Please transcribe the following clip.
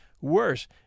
Worse